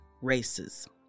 races